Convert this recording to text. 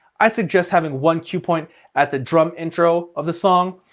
i suggest having one cue point at the drum intro of the song.